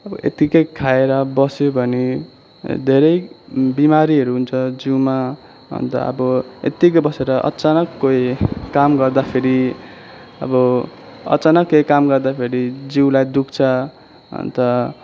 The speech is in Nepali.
अब यतिकै खाएर बस्यो भने धेरै बिमारीहरू हुन्छ जिउमा अन्त अब यतिकै बसेर अचानक कोही काम गर्दाखेरि अब अचानक केही काम गर्दाखेरि जिउलाई दुख्छ अन्त